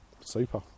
super